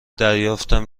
دریافتم